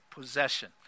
possession